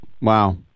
Wow